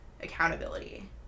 accountability